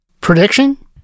Prediction